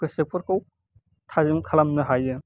गोसोफोरखौ थाजिम खालामनो हायो